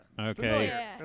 Okay